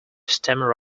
stammer